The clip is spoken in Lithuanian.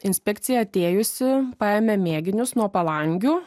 inspekcija atėjusi paėmė mėginius nuo palangių